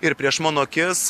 ir prieš mano akis